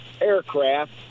aircraft